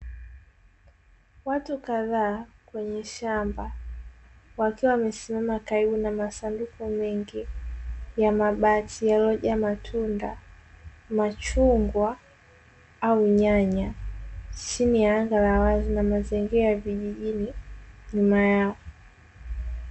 Watu kadhaa kwenye shamba wakiwa wamesimama karibu na masanduku mengi ya mabati yaliyojaa matunda, machungwa au nyanya chini ya anga la wazi na mazingira ya vijijini nyuma yao.